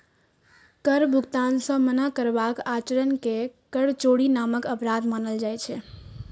कर भुगतान सं मना करबाक आचरण कें कर चोरी नामक अपराध मानल जाइ छै